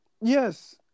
Yes